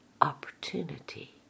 opportunity